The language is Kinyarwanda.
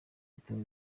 bitaro